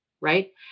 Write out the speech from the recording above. right